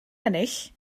ennill